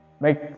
Make